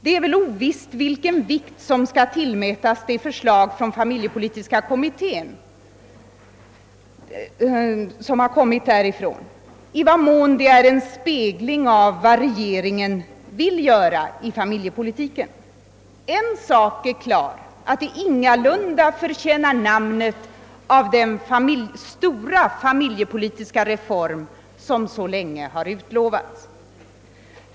Det är väl ovisst vilken vikt som bör tillmätas det förslag som har kommit från familjepolitiska kommittén, i vad mån det är en spegling av vad regeringen vill göra i familjepolitiken. En sak är klar: att det ingalunda förtjänar namnet av den stora familjepolitiska reform som så länge har utlovats.